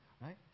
Right